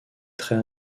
très